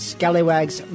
Scallywag's